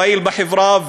פעיל בחברה,